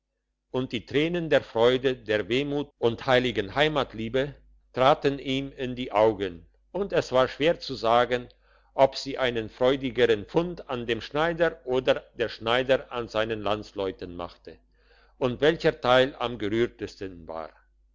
und die tränen der freude der wehmut und heiligen heimatsliebe traten allen in die augen und es war schwer zu sagen ob sie einen freudigern fund an dem schneider oder der schneider an seinen landsleuten machte und welcher teil am gerührtesten war